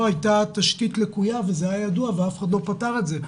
הייתה תשתית לקויה וזה היה ידוע ואף אחד לא פתר את זה,